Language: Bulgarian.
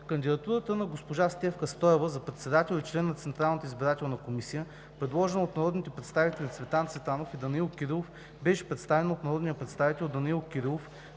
Кандидатурата на госпожа Стефка Стоева за председател и член на Централната избирателна комисия, предложена от народните представители Цветан Цветанов и Данаил Кирилов, беше представена от народния представител Данаил Кирилов,